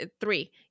Three